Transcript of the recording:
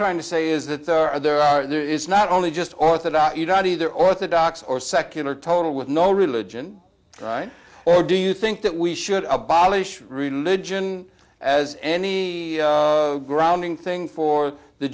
trying to say is that there are there is not only just orthodox you know neither orthodox or secular total with no religion right or do you think that we should abolish religion as any grounding thing for the